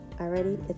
already